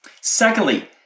Secondly